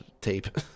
tape